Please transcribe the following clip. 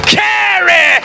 carry